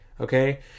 Okay